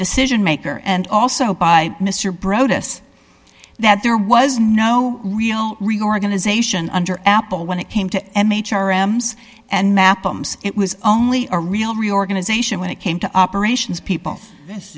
decision maker and also by mr broadus that there was no real reorganization under apple when it came to m h r m and map it was only a real reorganization when it came to operations people